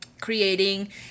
Creating